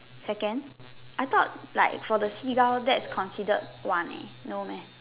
second I thought like for the seagull thats considered one eh no man